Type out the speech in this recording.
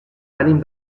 ànim